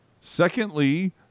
Secondly